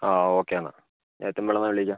ആ ആ ഓക്കെ എന്നാൽ എത്തുമ്പോൾ ഒന്ന് വിളിക്കാം